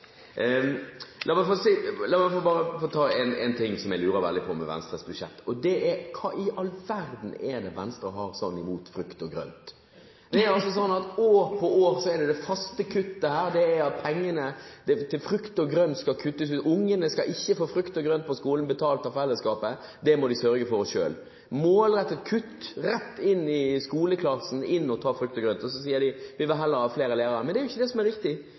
La meg få ta én ting som jeg lurer veldig på med Venstres budsjett, og det er: Hva i all verden er det Venstre har imot frukt og grønt? År for år er det faste kuttet pengene til frukt og grønt. Ungene skal ikke få frukt og grønt på skolen betalt av fellesskapet. Det må de sørge for selv. Det er et målrettet kutt, rett inn i skoleklassen, man skal inn og ta frukt og grønt. Så sier de: Vi vil heller ha flere lærere. Men det er jo ikke riktig.